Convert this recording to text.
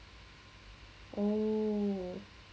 oh